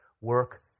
work